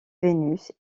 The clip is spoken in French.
vénus